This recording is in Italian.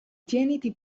tieniti